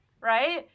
right